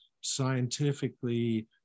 scientifically